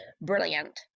brilliant